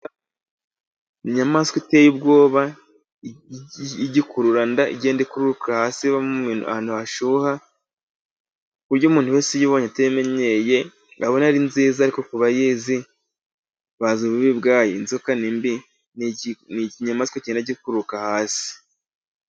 Inyamaswa iteye ubwoba,y' igikururanda igenda ikururuka hasi ,ahantu hashyuha ku buryo umuntu wese uyibonye ateyimenyeye, abona ari nziza ariko ku bayizi ,bazi ububi bwayo . Inzoka ni mbi ni ikinyamaswa kigenda gikururuka hasi.